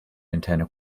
interne